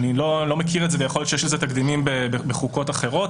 אני לא מכיר את זה ויכול להיות שיש לזה תקדימים בחוקות אחרות